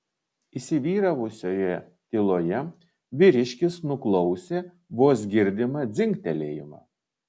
įsivyravusioje tyloje vyriškis nuklausė vos girdimą dzingtelėjimą